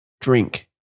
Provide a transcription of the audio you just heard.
drink